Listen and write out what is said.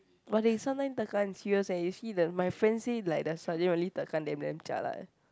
but they sometime tekan serious eh you see the my friend say like the sergeant really tekan them damn jialat eh